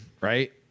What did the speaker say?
right